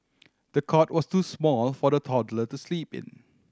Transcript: the cot was too small for the toddler to sleep in